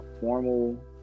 formal